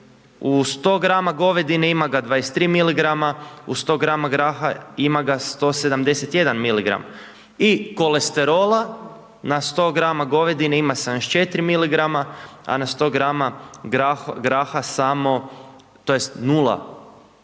u 100 gr. govedine ima ga 23 mg., u 100 gr. graha ima ga 171 mg. i kolesterola na 100 gr. govedine ima 74 mg., a na 100. gr. graha samo tj.